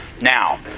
Now